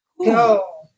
Go